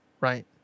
right